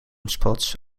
spots